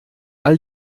all